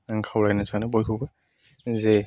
आं खावलायनो सानो बयखौबो जे